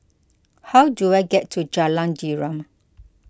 how do I get to Jalan Derum